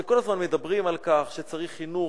שכל הזמן מדברים על כך שצריך חינוך.